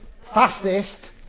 fastest